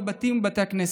בבתים ובבתי הכנסת.